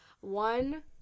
one